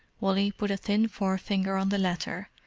wally put a thin forefinger on the letter.